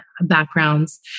backgrounds